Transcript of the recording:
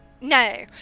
no